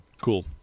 cool